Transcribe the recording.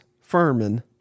Furman